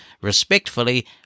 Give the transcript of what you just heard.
respectfully